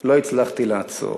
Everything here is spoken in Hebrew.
לא הצלחתי לעצור.